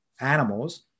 animals